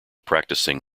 practising